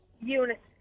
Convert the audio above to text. Unit